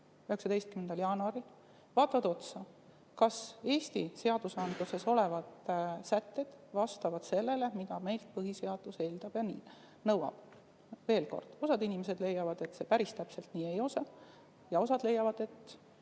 19. jaanuaril kokku, vaatavad otsa, kas Eesti seadusandluses olevad sätted vastavad sellele, mida meilt põhiseadus eeldab ja nõuab. Veel kord: osa inimesi leiab, et see päris täpselt nii ei ole, ja osa leiab, et